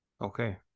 Okay